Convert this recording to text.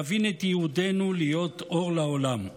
להבין את ייעודנו להיות אור לעולם.